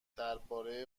درباره